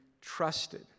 trusted